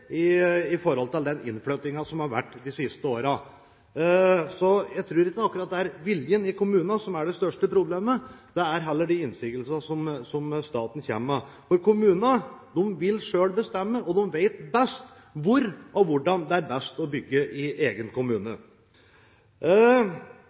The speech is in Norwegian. i forhold til den innflyttingen som har vært de siste årene. Jeg tror ikke akkurat det er viljen i kommunen som er det største problemet, det er heller de innsigelsene staten kommer med. Kommunene vil selv bestemme, og de vet best hvor og hvordan det er best å bygge i egen kommune.